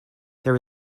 there